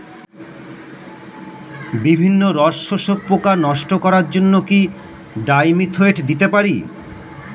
বিভিন্ন রস শোষক পোকা নষ্ট করার জন্য কি ডাইমিথোয়েট দিতে পারি?